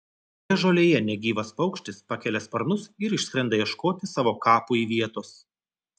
žalioje žolėje negyvas paukštis pakelia sparnus ir išskrenda ieškoti savo kapui vietos